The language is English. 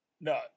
no